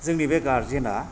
जोंनि बे गारजेना